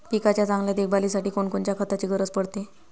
पिकाच्या चांगल्या देखभालीसाठी कोनकोनच्या खताची गरज पडते?